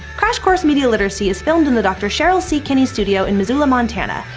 crash course media literacy is filmed in the dr. cheryl c. kinney studio in missoula, mt. and